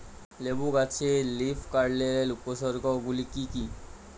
লেবু গাছে লীফকার্লের উপসর্গ গুলি কি কী?